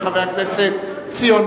התש"ע 2010,